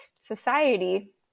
society